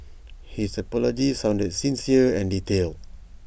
his apology sounded sincere and detailed